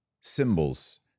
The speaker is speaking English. symbols